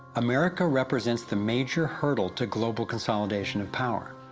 america represents the major hurdle to global consolidation of power.